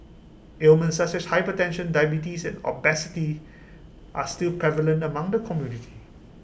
ailments such as hypertension diabetes and obesity are still prevalent among the community